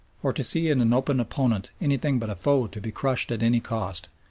or to see in an open opponent anything but a foe to be crushed at any cost,